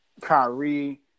Kyrie